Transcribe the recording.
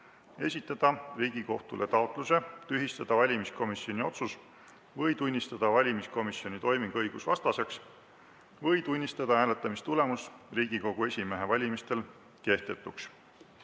esitada Riigikohtule taotluse tühistada valimiskomisjoni otsus või tunnistada valimiskomisjoni toiming õigusvastaseks või tunnistada hääletamistulemus Riigikogu esimehe valimistel kehtetuks.